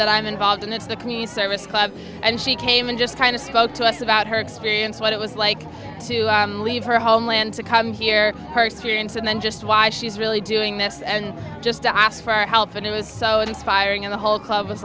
that i'm involved in it's the community service club and she came in just kind of spoke to us about her experience what it was like to leave her homeland to come here perseverance and then just why she's really doing this and just to ask for help and it was so inspiring and the whole club